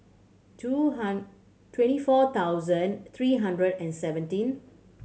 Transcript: two twenty four thousand three hundred and seventeen